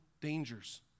dangers